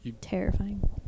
terrifying